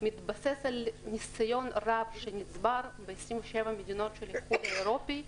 מתבסס על ניסיון רב שמקובל ב-27 מדינות של האיחוד האירופאי,